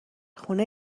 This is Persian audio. خونه